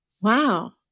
wow